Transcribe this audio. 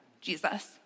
Jesus